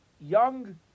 Young